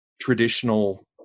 traditional